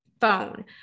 phone